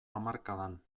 hamarkadan